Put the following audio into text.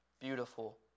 beautiful